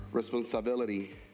Responsibility